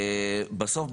בסוף,